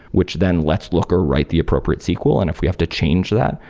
which then let's looker write the appropriate sql. and if we have to change that,